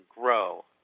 grow